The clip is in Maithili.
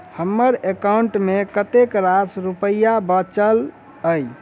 हम्मर एकाउंट मे कतेक रास रुपया बाचल अई?